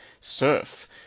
surf